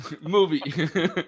Movie